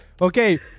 Okay